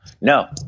No